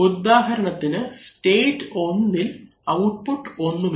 ഉദാഹരണത്തിന് സ്റ്റേറ്റ് 1ഇൽ ഔട്ട്പുട്ട് ഒന്നുമില്ല